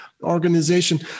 organization